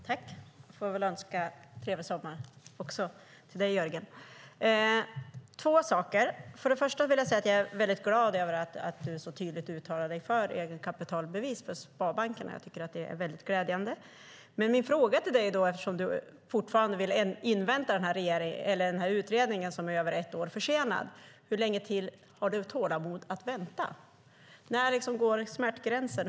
Herr talman! Jag får önska trevlig sommar också till dig, Jörgen. Jag vill ta upp två saker. Först och främst vill jag säga att jag är väldigt glad över att du så tydligt uttalar dig för egenkapitalbevis för sparbankerna. Jag tycker att det är mycket glädjande. Men min fråga till dig, eftersom du fortfarande vill invänta den utredning som är över ett år försenad, är: Hur långe till har du tålamod att vänta? Var går smärtgränsen?